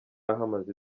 ahamaze